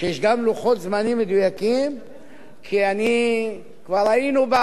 כבר ראינו, אתה זוכר את הפרשה של ביטול משרד הדתות